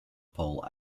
pole